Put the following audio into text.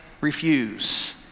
refuse